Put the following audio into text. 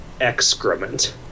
excrement